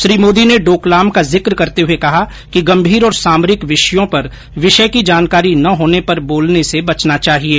श्री मोदी ने डोकलाम का जिक करते हुए कहा कि गंभीर और सामरिक विषयो पर विषय की जानकारी न होने पर बोलने से बचना चाहिये